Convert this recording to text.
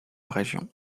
région